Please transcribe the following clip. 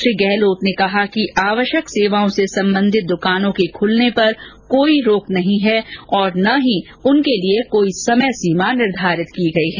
श्री गहलोत ने कहा कि आवश्यक सेवाओं से संबंधित दुकानों के खुलने पर कोई रोक नहीं है ना ही उनके लिए कोई समय सीमा निर्धारित की गई है